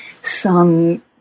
sung